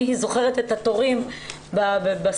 אני זוכרת את התורים בסופרמרקט,